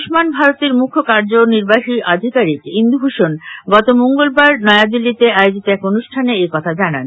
আয়ুম্মান ভারতের মুখ্য কার্যনির্বাহী আধিকারিক ইন্দু ভূষণ গত মঙ্গলবার নয়াদিল্লিতে আয়োজিত এক অনুষ্ঠানে একথা জানান